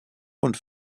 und